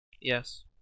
Yes